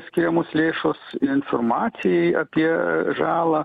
skiriamos lėšos informacijai apie žalą